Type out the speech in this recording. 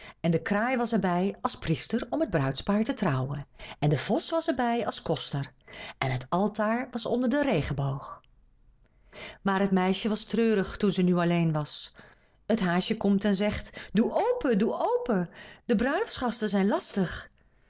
en de kraai was er bij als priester om het bruidspaar te trouwen en de vos was er bij als koster en het altaar was onder den regenboog maar het meisje was treurig toen ze nu alleen was het haasje komt en zegt doe open doe open de bruiloftsgasten zijn lastig